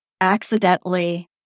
accidentally